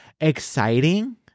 exciting